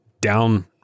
down